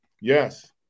Yes